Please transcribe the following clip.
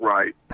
Right